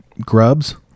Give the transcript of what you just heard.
grubs